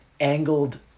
angled